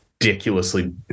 ridiculously